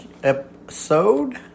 episode